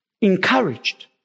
encouraged